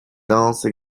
danses